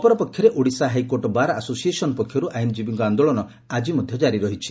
ଅପରପକ୍ଷରେ Odisha high court bar association ପକ୍ଷର୍ ଆଇନଜୀବୀଙ୍କ ଆଦୋଳନ ଆକି ମଧ୍ଧ ଜାରି ରହିଛି